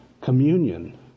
communion